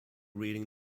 reading